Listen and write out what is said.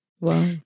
Wow